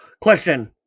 Question